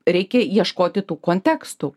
reikia ieškoti tų kontekstų